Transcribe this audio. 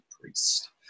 priest